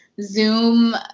Zoom